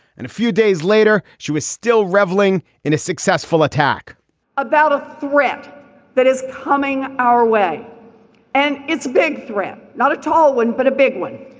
and a few days later, she was still reveling in a successful attack about a threat that is coming our way and it's a big threat, not a tall one, but a big one.